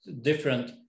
different